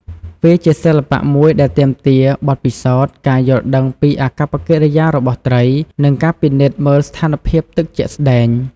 វាជាសិល្បៈមួយដែលទាមទារបទពិសោធន៍ ការយល់ដឹងពីអាកប្បកិរិយារបស់ត្រី និងការពិនិត្យមើលស្ថានភាពទឹកជាក់ស្តែង។